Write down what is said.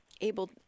able